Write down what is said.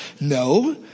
No